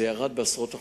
זה ירד בעשרות אחוזים.